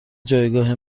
جایگاه